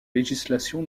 législation